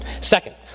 Second